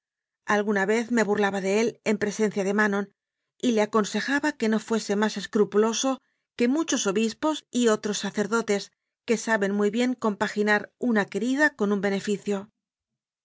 guna vez me burlaba de él en presencia de ma non y le aconsejaba que no fuese más escrupuloso que muchos obispos y otros sacerdotes que saben muy bien compaginar una querida con un benefició